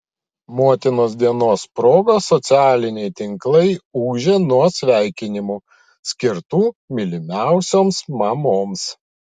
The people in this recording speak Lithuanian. motinos dienos proga socialiniai tinklai ūžė nuo sveikinimų skirtų mylimiausioms mamoms